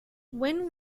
when